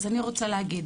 אז אני רוצה להגיד.